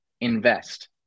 Invest